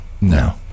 No